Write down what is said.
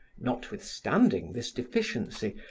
notwithstanding this deficiency,